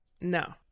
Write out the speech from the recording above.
No